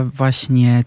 właśnie